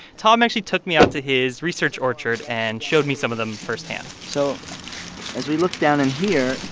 tom actually took me out to his research orchard and showed me some of them firsthand so as we look down in here,